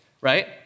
right